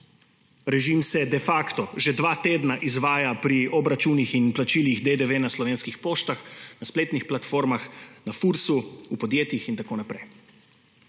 Režim se de facto že dva tedna izvaja pri obračunih in plačilih DDV na slovenskih poštah, na spletnih platformah, na Fursu, v podjetjih in tako naprej.